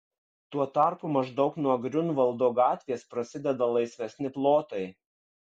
tuo tarpu maždaug nuo griunvaldo gatvės prasideda laisvesni plotai